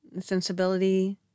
sensibility